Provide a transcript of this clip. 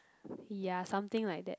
ya something like that